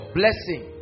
blessing